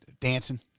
Dancing